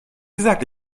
gesagt